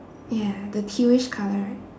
ya the tealish colour right